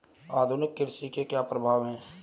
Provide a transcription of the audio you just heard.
आधुनिक कृषि के क्या प्रभाव हैं?